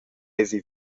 eisi